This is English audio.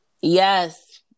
Yes